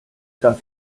darf